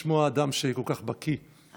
מרתק לשמוע אדם שכל כך בקי בנושא,